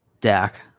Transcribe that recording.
Dak